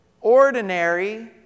ordinary